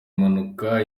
impanuka